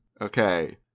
Okay